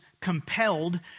compelled